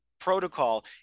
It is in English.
protocol